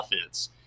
offense